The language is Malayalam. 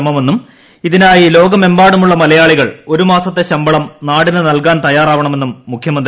ശ്രമമെന്നും ഇതിനായി ലോകമെമ്പാടുമുള്ള മലയാളികൾ ഒരുമാസത്തെ ശമ്പളം നാടിന് നൽകാൻ തയ്യാറാവണമെന്നും മുഖ്യമന്ത്രി പിണറായി വിജയൻ